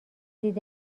دید